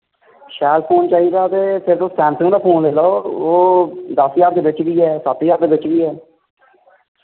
शैल फोन चाहिदा ते फिर तुस सैमसंग दा फोन लेई लाओ ओ दस ज्हार दे बिच बी ऐ सत्त ज्हार दे बिच बी ऐ